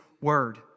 word